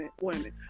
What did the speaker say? women